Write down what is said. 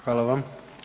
Hvala vam.